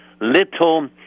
Little